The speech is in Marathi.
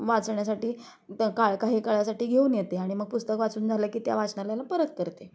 वाचण्यासाठी त का काही काळासाठी घेऊन येते आणि मग पुस्तक वाचून झालं की त्या वाचनालयाला परत करते